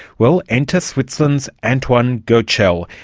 well, enter switzerland's antoine goetschel.